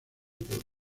pollo